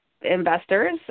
investors